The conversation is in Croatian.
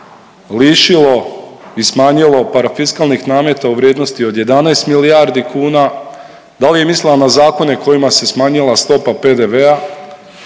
lišilo i smanjilo parafiskalnih nameta u vrijednosti od 11 milijardi kuna? Da li je mislila na zakone kojima se smanjila stopa PDV-a?